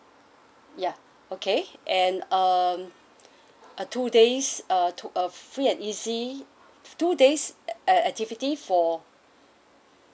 ya okay and um a two days uh to uh free and easy two days ac~ activity for